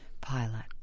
pilot